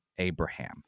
Abraham